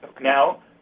Now